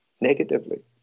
negatively